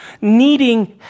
needing